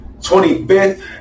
25th